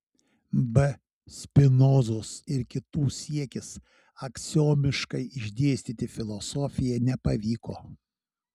b spinozos ir kitų siekis aksiomiškai išdėstyti filosofiją nepavyko